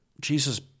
Jesus